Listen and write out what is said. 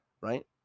right